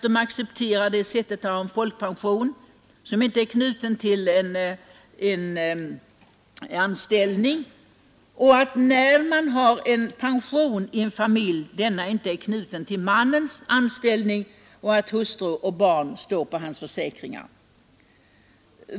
De accepterar att vi har en folkpension som inte är knuten till en anställning och att när man har en pension i en familj denna inte är knuten till mannens anställning och att hustru och barn står på hans försäkringar.